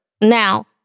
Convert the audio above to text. Now